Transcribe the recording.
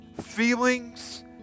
Feelings